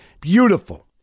Beautiful